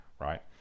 right